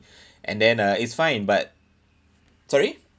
and then uh it's fine but sorry